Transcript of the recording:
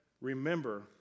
remember